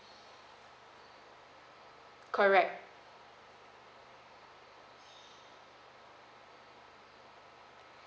correct